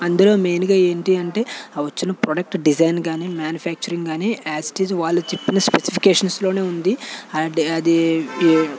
అందులో మెయిన్గా ఏంటి అంటే ఆ వచ్చిన ప్రోడక్ట్ డిజైన్ కానీ మ్యానుఫ్యాక్చరింగ్ కానీ యాజ్ ఇట్ ఈజ్ వాళ్ళు చెప్పిన స్పెసిఫికేషన్స్లోనే ఉంది అది ఏ